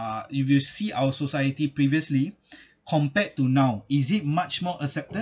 uh if you see our society previously compared to now is it much more accepted